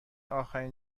آخرین